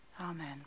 Amen